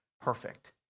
perfect